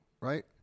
Right